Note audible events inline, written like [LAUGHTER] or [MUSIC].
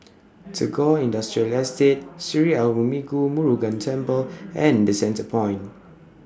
[NOISE] Tagore Industrial Estate Sri Arulmigu Murugan Temple and The Centrepoint